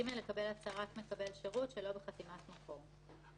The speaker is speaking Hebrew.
(ג)לקבל הצהרת מקבל שירות שלא בחתימת מקור."